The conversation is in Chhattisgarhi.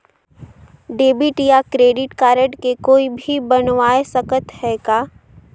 डेबिट या क्रेडिट कारड के कोई भी बनवाय सकत है का?